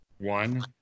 one